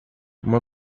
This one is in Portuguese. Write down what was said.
uma